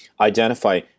identify